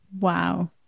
Wow